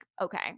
okay